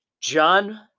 John